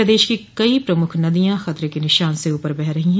प्रदेश की कई प्रमुख नदिया खतरे के निशान से ऊपर बह रही है